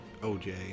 OJ